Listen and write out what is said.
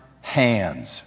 hands